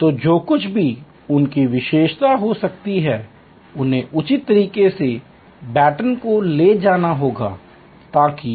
तो जो कुछ भी उनकी विशेषता हो सकती है उन्हें उचित तरीके से बैटन को ले जाना होगा ताकि